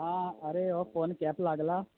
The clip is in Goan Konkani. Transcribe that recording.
आरे हो फोन केपें लागला